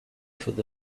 through